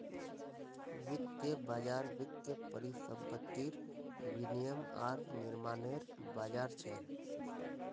वित्तीय बज़ार वित्तीय परिसंपत्तिर विनियम आर निर्माणनेर बज़ार छ